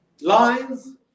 Lines